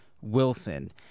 Wilson